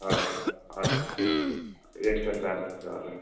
हजुर हजुर extra charge हजुर